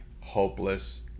hopeless